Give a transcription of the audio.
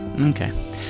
Okay